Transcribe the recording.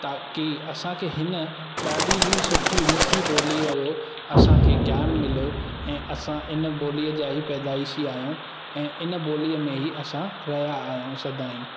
ताकी असांखे हिन ॾाढी ई सुठी मिठी ॿोलीअ जो असांखे ज्ञान मिले ऐं असां इन ॿोलीअ जा ई पैदाइशी आहियूं ऐं इन ॿोलीअ में असां रहिया आहियूं सदाई